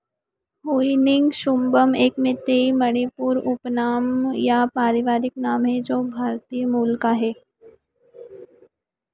हुइनिंगशुम्बम एक मीतेई मणिपुर उपनाम या पारिवारिक नाम है जो भारतीय मूल का है